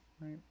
Right